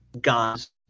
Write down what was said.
gods